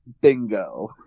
bingo